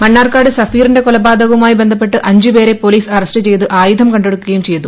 മണ്ണാർക്കാട് സഫീറിന്റെ കൊലപാതകവുമായി ബന്ധപ്പെട്ട് അഞ്ചുപേരെ പൊലീസ് അറസ്റ്റ് ചെയ്ത് ആയുധം കണ്ടെടുക്കുകയും ചെയ്തു